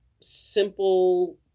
simple